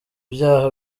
byaha